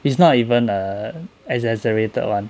it's not even a exaggerated [one]